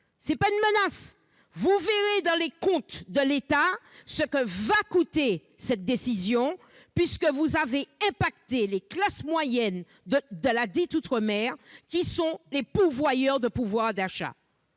Ce n'est pas une menace ! Vous verrez dans les comptes de l'État ce que coûtera cette décision ; celle-ci, en effet, impacte les classes moyennes de ladite « outre-mer », qui sont des pourvoyeuses de pouvoir d'achat.